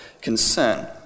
concern